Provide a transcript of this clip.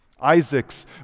Isaac's